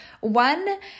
one